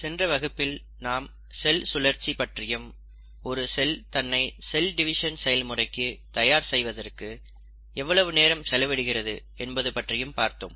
சென்ற வகுப்பில் நாம் செல் சுழற்சி பற்றியும் ஒரு செல் தன்னை செல் டிவிஷன் செயல்முறைக்கு தயார் செய்வதற்கு எவ்வளவு நேரம் செலவிடுகிறது என்பது பற்றியும் பார்த்தோம்